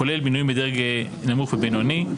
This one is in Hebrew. כולל מינויים בדרג נמוך ובינוני.